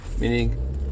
Meaning